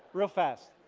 real fast,